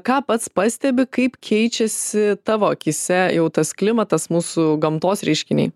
ką pats pastebi kaip keičiasi tavo akyse jau tas klimatas mūsų gamtos reiškiniai